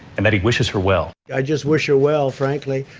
and that he wishes her well. i just wish her well, frankly.